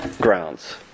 grounds